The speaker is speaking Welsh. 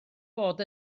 bod